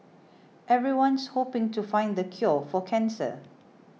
everyone's hoping to find the cure for cancer